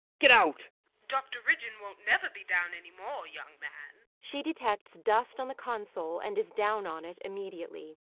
get out dr ridgeon wont never be down any more, young man. she detects dust on the console and is down on it immediately.